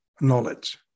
knowledge